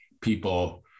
people